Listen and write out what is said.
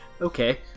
Okay